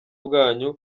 bwanyu